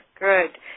good